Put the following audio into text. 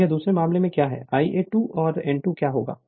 और यह दूसरे मामले में क्या है Ia2 और n2 क्या होगा